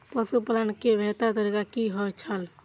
पशुपालन के बेहतर तरीका की होय छल?